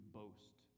boast